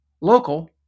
local